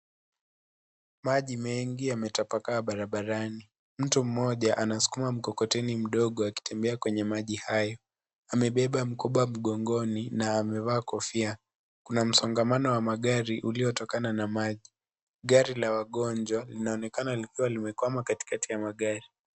Maji mengi yametabakaa barabarani . Mtu mmoja anasukuma mkokoteni mdogo akitembea kwenye maji haya. Amebeba mgongoni na amevaa kofia. Kuna msongamano wa magari uliotokana na maji. Gari la wagonjwa linaonekana likiwa limekwama kati kati ya magari.